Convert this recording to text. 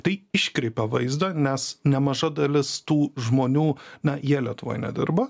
tai iškreipia vaizdą nes nemaža dalis tų žmonių na jie lietuvoj nedirba